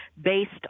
based